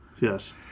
Yes